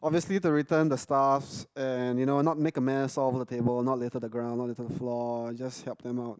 obviously to return the stuffs and you know not make a mess all over the table not litter the ground not litter the floor just help them out